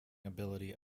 ability